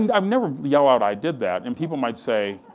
and um never yell out, i did that and people might say,